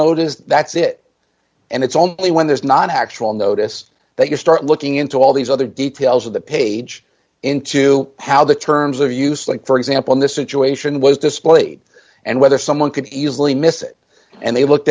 notice that's it and it's only when there's not an actual notice that you start looking into all these other details of the page into how the terms are used like for example in the situation was displayed and whether someone could easily miss it and they looked